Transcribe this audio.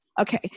Okay